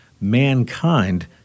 mankind